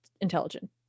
intelligent